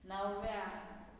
नव्व्या